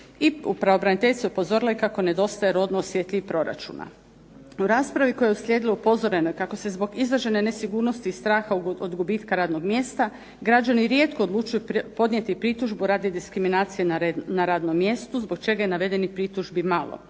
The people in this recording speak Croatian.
i pravobraniteljica je upozorila i kako nedostaje rodno osjetljivih proračuna. U raspravi koja je uslijedila upozoreno je kako se zbog izražene nesigurnosti i straha od gubitka radnog mjesta građani rijetko odlučuju podnijeti pritužbu radi diskriminacije na radnom mjestu, zbog čega je navedenih pritužbi malo.